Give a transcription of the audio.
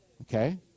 Okay